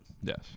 Yes